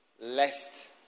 lest